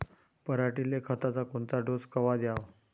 पऱ्हाटीले खताचा कोनचा डोस कवा द्याव?